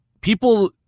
people